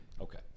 Okay